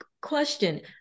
Question